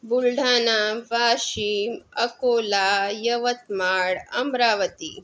Buldhana Washim Akola Yavatmal Amravati